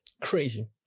crazy